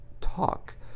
talk